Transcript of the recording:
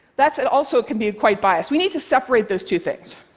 that said, also it can be quite biased. we need to separate those two things.